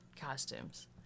costumes